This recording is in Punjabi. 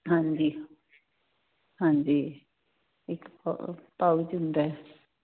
ਹਾਂਜੀ ਹਾਂਜੀ ਇੱਕ ਪਾਊਚ ਹੁੰਦਾ